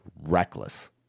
reckless